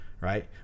right